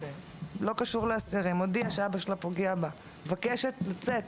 לא קשור לאסירים הודיעה שאבא שלה פוגע בה והיא מבקשת לצאת,